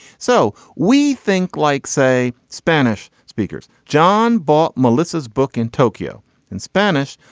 so we think like say spanish speakers john ball melissa's book in tokyo in spanish.